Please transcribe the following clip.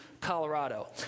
Colorado